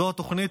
זו התוכנית,